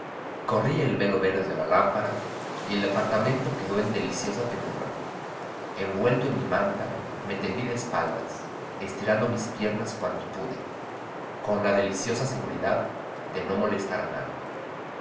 corrí el velo verde de la lámpara y el departamento quedó en deliciosa penumbra envuelto en mi manta me tendí de espaldas estirando mis piernas cuanto pude con la deliciosa seguridad de no molestar a nadie